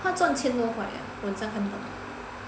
他赚千多块我很像看到